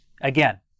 again